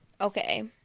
Okay